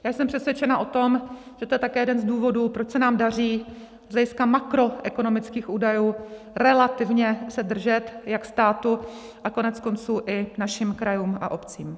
Já jsem přesvědčena o tom, že to je také jeden z důvodů, proč se nám daří z hlediska makroekonomických údajů relativně se držet, jak státu, tak koneckonců i našim krajům a obcím.